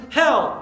hell